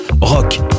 Rock